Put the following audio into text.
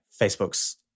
Facebook's